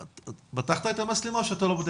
יצרנו קשר משותף עם משרד החינוך והייתה הסטה של מפעל